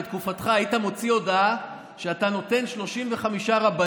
אם בתקופתך היית מוציא הודעה שאתה נותן 35 רבנים,